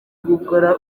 gukora